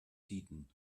tiden